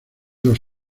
los